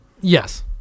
Yes